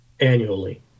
annually